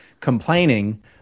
complaining